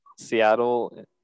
Seattle